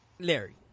Larry